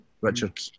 Richard